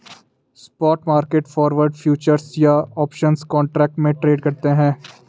spot market forward, futures या options contract में trade करते हैं